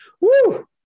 Woo